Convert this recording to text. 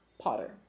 Potter